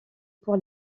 pour